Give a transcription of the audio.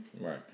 Right